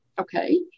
Okay